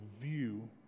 view